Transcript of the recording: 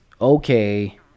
okay